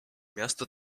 miasto